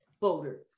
voters